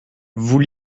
vous